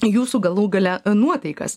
jūsų galų gale nuotaikas